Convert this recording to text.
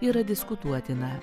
yra diskutuotina